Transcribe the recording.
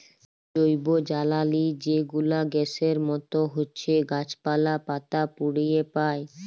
জৈবজ্বালালি যে গুলা গ্যাসের মত হছ্যে গাছপালা, পাতা পুড়িয়ে পায়